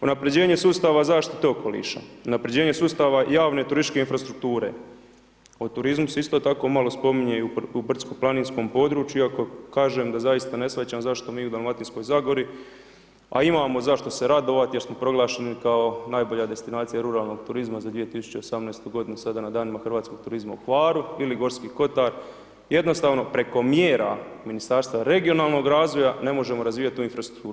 Unaprjeđenje sustava zaštite okoliša, unaprjeđenje sustava javne turističke infrastrukture, o turizmu se isto tako malo spominje u brdsko-planinskom području iako kažem da zaista ne shvaćam zašto mi u Dalmatinskoj zagori a imamo zašto se radovati jer smo proglašeni kao najbolja destinacija ruralnog turizma za 2018. g. sada na Danima hrvatskog turizma u Hvaru ili Gorski kotar, jednostavno preko mjera Ministarstva regionalnog razvoja, ne možemo razvijati tu infrastrukturu.